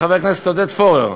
חבר הכנסת עודד פורר,